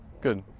Good